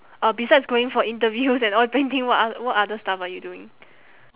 uh besides going for interviews and oil painting what oth~ what other stuff are you doing